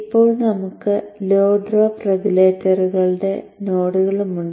ഇപ്പോൾ നമുക്ക് low drop റെഗുലേറ്ററുകളുടെ നോഡുകളും ഉണ്ട്